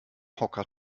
hocker